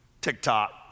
TikTok